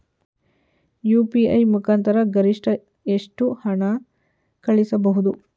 UPI ಮುಖಾಂತರ ಗರಿಷ್ಠ ಎಷ್ಟು ಹಣ ಕಳಿಸಬಹುದು?